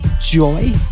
Joy